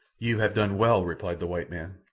you have done well, replied the white man,